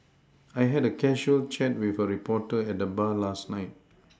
I had a casual chat with a reporter at the bar last night